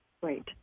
Great